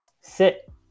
sit